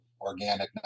organic